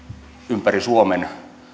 ympäri suomen